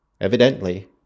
Evidently